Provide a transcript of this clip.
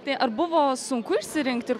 tai ar buvo sunku išsirinkti